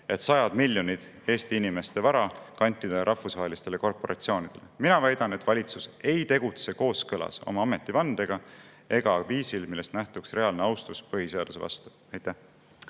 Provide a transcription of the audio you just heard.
sajad miljonid eurod Eesti inimeste vara rahvusvahelistele korporatsioonidele. Mina väidan, et valitsus ei tegutse kooskõlas oma ametivandega ega viisil, millest nähtuks reaalne austus põhiseaduse vastu. Aitäh!